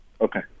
Okay